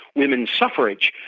women's suffrage,